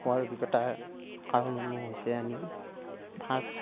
হোৱাৰ অভিজ্ঞতা কাৰণসমূহ হৈছে আমি ফাৰ্ষ্ট